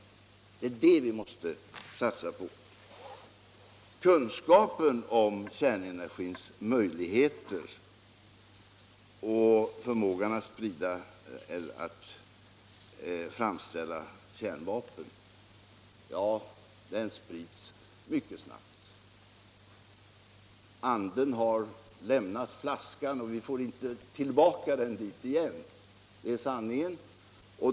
Det är det vi måste satsa på. Kunskapen om kärnenergin och förmågan att framställa kärnvapen sprids mycket snabbt. Anden har lämnat flaskan och vi får den inte tillbaka dit igen. Det är sanningen.